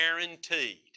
guaranteed